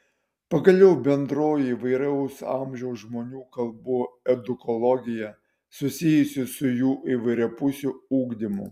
pagaliau bendroji įvairaus amžiaus žmonių kalbų edukologija susijusi su jų įvairiapusiu ugdymu